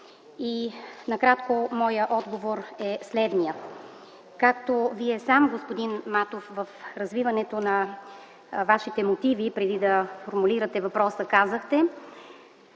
Накратко моят отговор е следният. Както Вие сам, господин Матов, в развиването на вашите мотиви, преди да формулирате въпроса, казахте